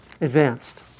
Advanced